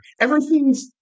Everything's